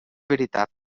veritat